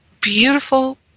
beautiful